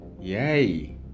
Yay